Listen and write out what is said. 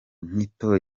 nyito